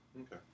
Okay